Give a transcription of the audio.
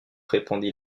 répondit